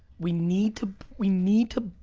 we need to, we need to,